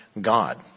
God